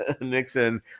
Nixon